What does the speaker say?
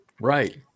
Right